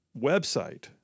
website